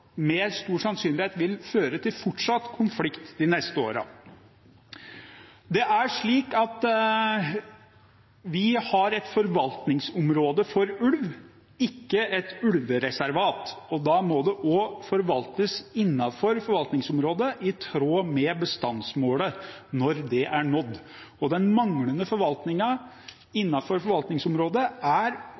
med stor sannsynlighet vil føre til fortsatt konflikt de neste årene. Vi har et forvaltningsområde for ulv, ikke et ulvereservat. Da må det også forvaltes innenfor forvaltningsområdet i tråd med bestandsmålet – når det er nådd. Den manglende forvaltningen innenfor forvaltningsområdet er